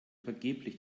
vergeblich